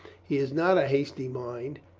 he has not a hasty mind.